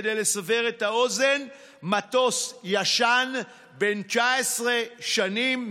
כדי לסבר את האוזן: מטוס ישן בן 19 שנים,